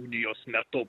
unijos metu